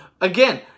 Again